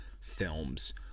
films